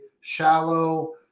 shallow